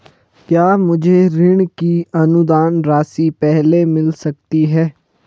क्या मुझे ऋण की अनुदान राशि पहले मिल सकती है?